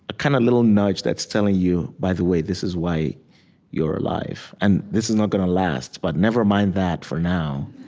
a kind of little nudge that's telling you, by the way, this is why you're alive. and this is not going to last, but never mind that for now.